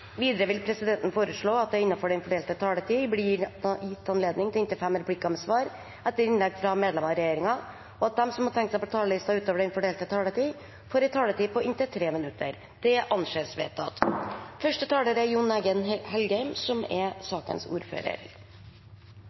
Videre vil presidenten foreslå at det – innenfor den fordelte taletid – blir gitt anledning til inntil fem replikker med svar etter innlegg fra medlemmer av regjeringen, og at de som måtte tegne seg på talerlisten utover den fordelte taletid, får en taletid på inntil 3 minutter. – Det anses vedtatt.